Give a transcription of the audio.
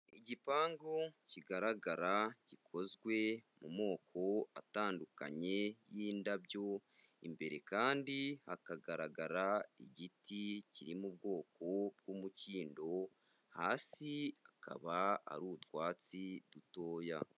Igipangu kigaragara gikozwe mu moko atandukanye y'indabyo, imbere kandi hakagaragara igiti kiri mu bwoko bw'umukindo, hasi hakaba hari utwatsi dutoya.